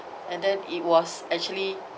and then it was actually